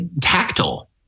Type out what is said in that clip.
tactile